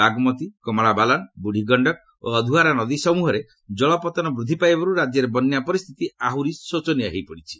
ବାଗ୍ମତୀ କମଳାବାଲାନ୍ ବୁଢ଼ୀଗଣ୍ଡକ୍ ଓ ଅଧୁଆରା ନଦୀ ସମୃହରେ ଜଳପତ୍ତନ ବୃଦ୍ଧି ପାଇବାରୁ ରାକ୍ୟରେ ବନ୍ୟା ପରିସ୍ଥିତି ଆହୁରି ଶୋଚନୀୟ ହୋଇପଡ଼ିଛି